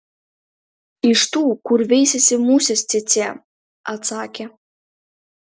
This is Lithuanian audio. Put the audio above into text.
iš tų kur veisiasi musės cėcė atsakė